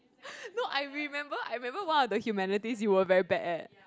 no I remember I remember one of the humanities you were very bad at